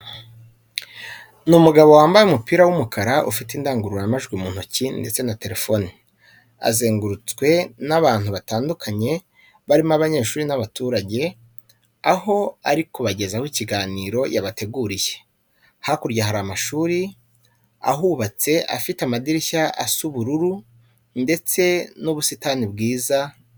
Ni umugabo wambaye umupira w'umukara ufite indangururamajwi mu ntoki ndetse na telefone. Azengurutwe n'abantu batandukanye barimo abanyeshuri n'abaturage, aho ari kubagezaho ikiganiro yabateguriye. Hakurya hari amashuri ahubatse afite amadirishya asa ubururu ndetse n'ubusitani bwiza buhateye.